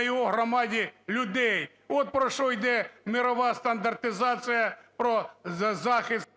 його громаді людей. От про що йде мирова стандартизація про захист…